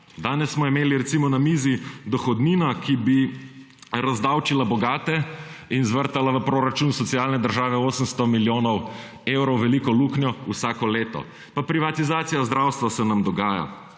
Danes smo imeli recimo na mizi dohodnino, ki bi razdavčila bogate in zvrtala v proračun socialne države 800 milijonov evrov veliko luknjo vsako leto. Pa privatizacija zdravstva se nam dogaja.